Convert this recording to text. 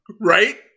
Right